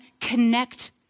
connect